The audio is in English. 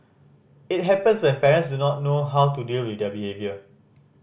it happens when parents do not know how to deal with their behaviour